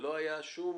ולא הייתה שום